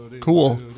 Cool